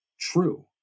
true